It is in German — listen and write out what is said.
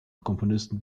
komponisten